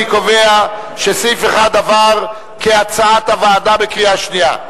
אני קובע שסעיף 1 עבר כהצעת הוועדה בקריאה שנייה.